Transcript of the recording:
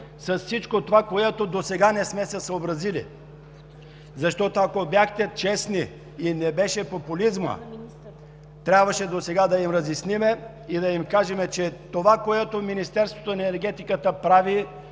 с всичко това, с което досега не сме се съобразили. Защото, ако бяхте честни и не беше популизмът, трябваше досега да им разясним и да им кажем, че това, което Министерството на енергетиката прави